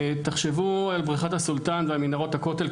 תחשבו על בריכת הסולטן ועל מנהרות הכותל,